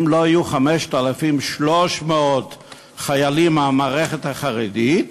אם לא יהיו 5,300 חיילים מהמערכת החרדית,